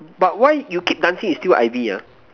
but why you keep dancing it's still I_V ah